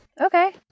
Okay